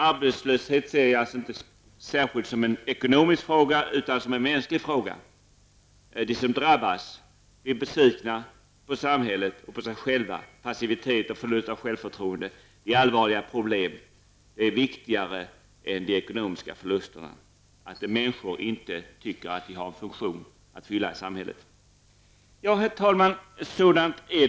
Arbetslöshet ser jag inte främst som en ekonomisk fråga utan som en mänsklig fråga. De som drabbas blir besvikna både på samhället och på sig själva. Passivitet och förlust av självförtroende är allvarliga problem för dessa människor. Att människor tycker att de inte har en funktion att fylla i samhället är viktigare än de ekonomiska förlusterna. Herr talman!